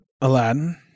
Aladdin